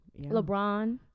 LeBron